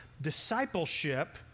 Discipleship